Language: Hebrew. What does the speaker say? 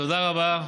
תודה רבה.